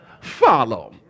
Follow